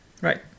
right